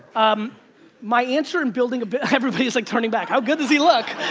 um my answer in building a, everyone's like turning back. how good does he look?